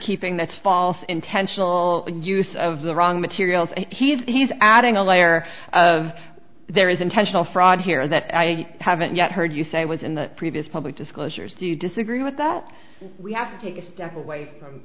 recordkeeping that's false intentional and use of the wrong materials and he's he's adding a layer of there is intentional fraud here that i haven't yet heard you say was in the previous public disclosures do you disagree with that we have to take a step away from